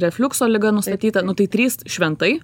refliukso liga nustatyta nu tai trys šventai